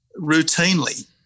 routinely